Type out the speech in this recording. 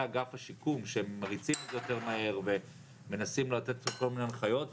אגף השיקום שהם מריצים את זה יותר מהר ומנסים לתת כל מיני הנחיות,